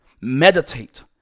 Meditate